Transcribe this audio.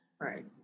Right